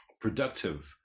productive